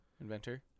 inventor